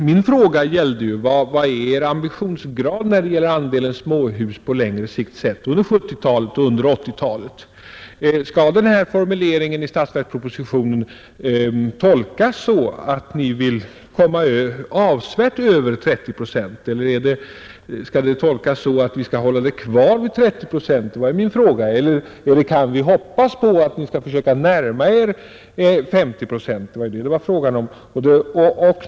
Min fråga gällde ju ambitionsgraden i fråga om andelen småhus under 1970-talet och under 1980-talet. Skall formuleringen i statsverkspropositionen tolkas så att regeringen vill komma avsevärt över 30 procent? Eller skall den tolkas så att andelen småhus skall hållas kvar vid 30 procent? Eller kan vi hoppas att ni skall försöka närma er 50 procent? Det var vad det var fråga om.